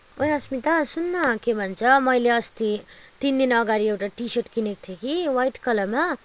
ओए अस्मिता सुन्न के भन्छ मैले अस्ति तिन दिन अघाडि एउटा टी सर्ट किनेको थिएँ कि ह्वाइट कलरमा